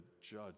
judge